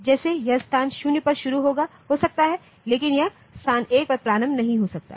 जैसे यह स्थान 0 पर शुरू हो सकता है लेकिन यह स्थान 1 पर प्रारंभ नहीं हो सकता है